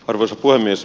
arvoisa puhemies